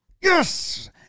Yes